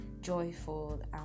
joyful